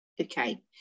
okay